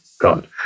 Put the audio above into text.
God